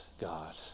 God